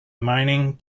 mining